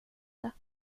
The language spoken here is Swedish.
det